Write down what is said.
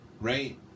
right